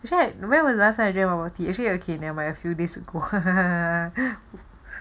actually when is the last time I drank bubble tea actually okay nevermind a few days agoppl